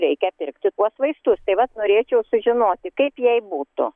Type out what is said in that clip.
reikia pirkti tuos vaistus taip vat norėčiau sužinoti kaip jai būtų